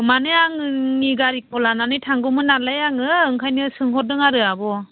माने आंनि गारिखौ लानानै थांगौमोन नालाय आङो ओंखायनो सोंहरदों आरो आब'